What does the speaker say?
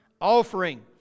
offering